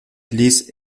ließ